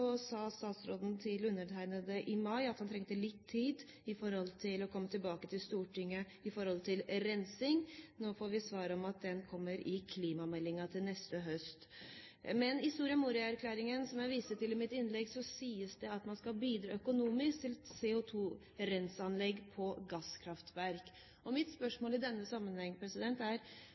sa statsråden til undertegnede i mai at han trengte litt tid før han kunne komme tilbake til Stortinget med en sak om rensing. Nå får vi til svar at den kommer i klimameldingen neste høst. Men i Soria Moria-erklæringen, som jeg viste til i mitt innlegg, sies det at man skal bidra økonomisk til CO2-renseanlegg på gasskraftverk. Mitt spørsmål i denne sammenheng er: